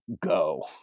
go